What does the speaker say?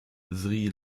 sri